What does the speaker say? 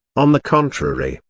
on the contrary,